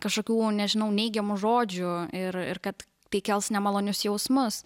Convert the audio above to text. kažkokių nežinau neigiamų žodžių ir ir kad tai kels nemalonius jausmus